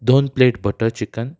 दोन plate butter chicken